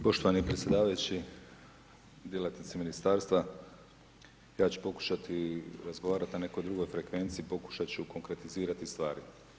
Poštovani predsjedavajući, djelatnici Ministarstva, ja ću pokušati i razgovarati na nekoj drugoj frekvenciji, pokušati ću konkretizirati stvari.